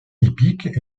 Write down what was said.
hippiques